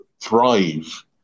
thrive